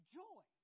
joy